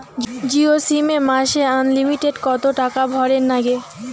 Jio SIM এ মাসে unlimited কত টাকা ভরের নাগে?